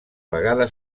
vegada